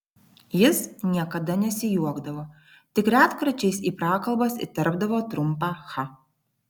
jis niekada nesijuokdavo tik retkarčiais į prakalbas įterpdavo trumpą cha